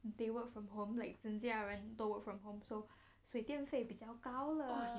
they work from home like 整家人都 work from home so 水电费比较高了